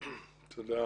תודה.